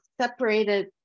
separated